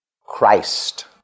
Christ